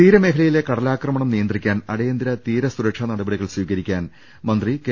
തീരമേഖലയിലെ കടലാക്രമണം നിയന്ത്രിക്കാൻ അടിയ ന്തിര തീര സുരക്ഷാ നടപടികൾ സ്വീകരിക്കാൻ മന്ത്രി കെ